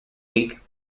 week